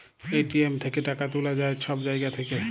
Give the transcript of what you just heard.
ATM থ্যাইকে টাকা তুলা যায় ছব জায়গা থ্যাইকে